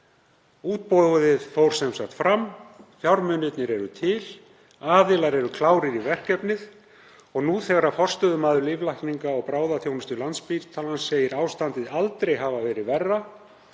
Útboðið fór sem sagt fram, fjármunirnir eru til, aðilar eru klárir í verkefnið og nú, þegar forstöðumaður lyflækninga- og bráðaþjónustu Landspítalans segir ástandið aldrei hafa verið verra,